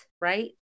right